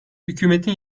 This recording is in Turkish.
hükümetin